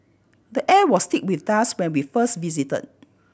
the air was thick with dust when we first visited